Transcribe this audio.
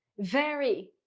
very,